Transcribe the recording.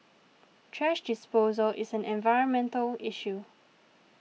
thrash disposal is an environmental issue